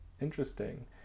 interesting